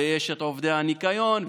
יש את עובדי הניקיון,